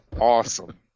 awesome